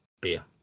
beer